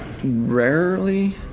rarely